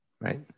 Right